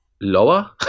lower